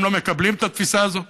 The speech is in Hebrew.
הם לא מקבלים את התפיסה הזאת.